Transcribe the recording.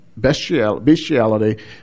bestiality